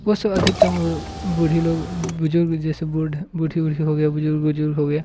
वो सब अधिकत्तम वो बुढ़े लोग बुज़ुर्ग जैसे बुढ़ बुढ़े ऊढ़े हो गया बुज़ुर्ग उजुर्ग हो गया